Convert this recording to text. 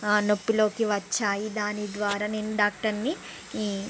నొప్పిలోకి వచ్చాయి దాని ద్వారా నేను డాక్టర్ని